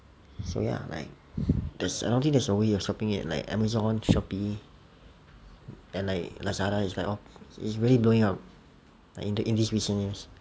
so ya like there's I don't think there's only shopping at like Amazon Shopee and like Lazada it's like lor it's really blowing up like in this recent news